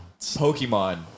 Pokemon